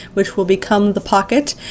which will become the pocket.